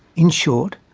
in short,